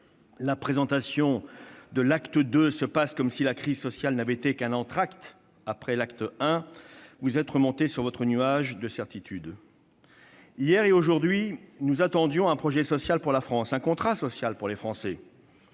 des prochains mois : l'acte II est annoncé comme si la crise sociale n'avait été qu'un entracte après l'acte I. Vous êtes remonté sur votre nuage de certitudes ... Hier comme aujourd'hui, nous attendions un projet social pour la France, un contrat social pour les Français.